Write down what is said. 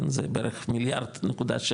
זה בערך 1.7 מיליארד,